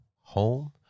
home